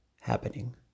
happening